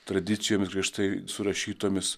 tradicijomis griežtai surašytomis